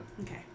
Okay